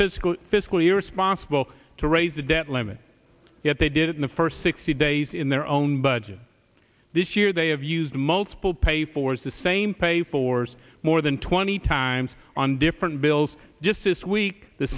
fiscal fiscally irresponsible to raise the debt limit yet they did it in the first sixty days in their own budget this year they have used multiple pay for the same paypal wars more than twenty times on different bills just this week the